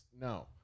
no